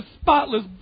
spotless